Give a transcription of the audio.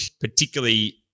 particularly